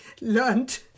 learned